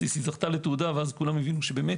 עסיסי זכתה לתהודה וכולם הבינו שבאמת